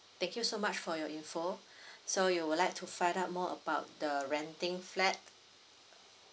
thank you so much for your info so you would like to find out more about the renting flat